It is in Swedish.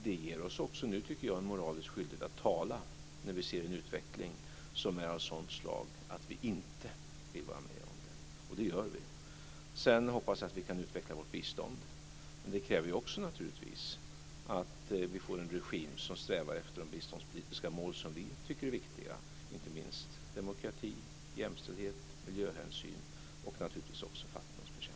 Det ger oss också nu, tycker jag, en moralisk skyldighet att tala när vi ser en utveckling som är av sådant slag att vi inte vill vara med om den, och det gör vi. Sedan hoppas jag att vi kan utveckla vårt bistånd. Men det kräver också, naturligtvis, att vi får en regim som strävar efter de biståndspolitiska mål som vi tycker är viktiga, inte minst demokrati, jämställdhet, miljöhänsyn och naturligtvis också fattigdomsbekämpning.